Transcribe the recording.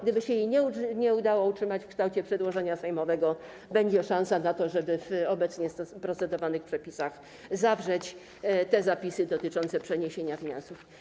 Gdyby się jej nie udało utrzymać w kształcie przedłożenia sejmowego, będzie szansa na to, żeby w obecnie procedowanych przepisach zawrzeć te zapisy dotyczące przeniesienia finansów.